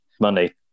money